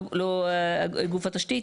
לא גוף התשתית.